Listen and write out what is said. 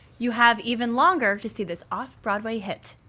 you have even longer to see this off broadway hit.